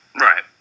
Right